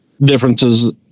differences